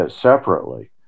separately